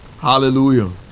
Hallelujah